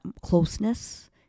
closeness